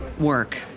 work